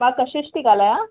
मां कशिश ती ॻाल्हायां